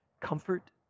comfort